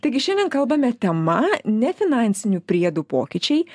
taigi šiandien kalbame tema nefinansinių priedų pokyčiai